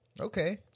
okay